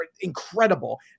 Incredible